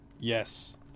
Yes